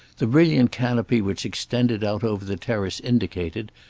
the brilliant canopy which extended out over the terrace indicated,